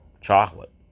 chocolate